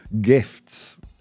Gifts